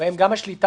הסכמי הרשאה